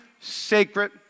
sacred